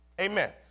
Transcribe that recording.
Amen